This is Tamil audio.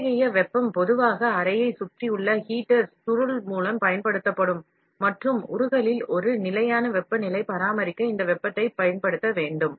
இத்தகைய வெப்பம் பொதுவாக அறையைச் சுற்றியுள்ள ஹீட்டர் சுருள் மூலம் பயன்படுத்தப்படும் மற்றும் உருகலில் ஒரு நிலையான வெப்பநிலையை பராமரிக்க இந்த வெப்பத்தை பயன்படுத்த வேண்டும்